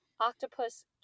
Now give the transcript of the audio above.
octopus